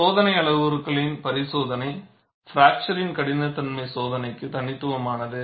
சோதனை அளவுருக்களின் பரிசோதனை ஃப்பிராக்சர் கடினத்தன்மை சோதனைக்கு தனித்துவமானது